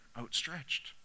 outstretched